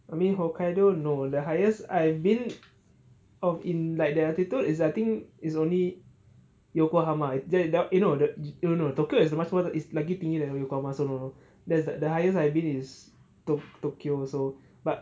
I mean hokkaido no the highest I've been of in like the altitude is I think is only yokohama th~ that eh no th~ oh no tokyo is lagi tinggi dari yokohama so no that's the highest I've been is to to~ tokyo so but